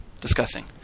discussing